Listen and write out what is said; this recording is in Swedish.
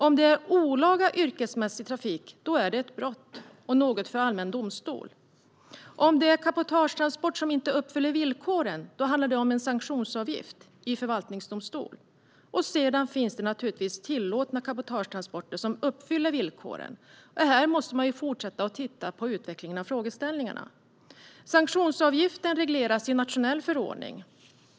Om det handlar om olaga yrkesmässig trafik är det ett brott och något för allmän domstol. Om det är cabotagetransport som inte uppfyller villkoren handlar det om en sanktionsavgift i förvaltningsdomstol. Det finns naturligtvis även tillåtna cabotagetransporter, som uppfyller villkoren. Här måste man fortsätta att titta på utvecklingen av frågeställningarna. Sanktionsavgiften regleras i en nationell förordning.